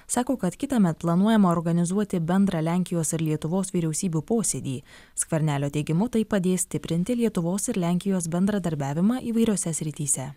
sako kad kitąmet planuojama organizuoti bendrą lenkijos ir lietuvos vyriausybių posėdį skvernelio teigimu tai padės stiprinti lietuvos ir lenkijos bendradarbiavimą įvairiose srityse